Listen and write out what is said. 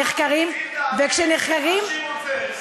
אמרתי את דעתי על שמעון פרס,